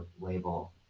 label